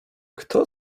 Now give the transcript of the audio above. kto